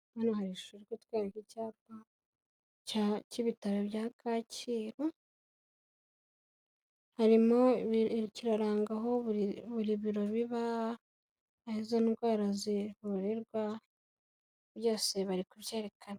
Hano bari kutwereka icyapa cy'ibitaro bya Kacyiru. Kiraranga aho ibiro biba, aho izo ndwara zivurirwa, byose bari kubyerekana.